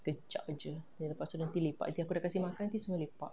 kejap jer then lepas tu nanti lepak nanti aku dah kasi makan nanti semua lepak